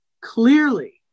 clearly